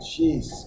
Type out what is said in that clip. jeez